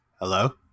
Hello